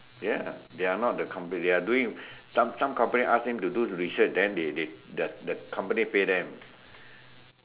ya they are not the company they are doing some some company ask them to do the research then they they the the company pay them